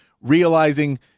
realizing